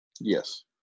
Yes